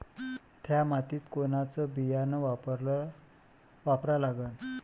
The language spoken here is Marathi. थ्या मातीत कोनचं बियानं वापरा लागन?